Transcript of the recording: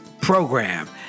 program